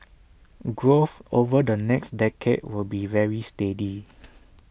growth over the next decade will be very steady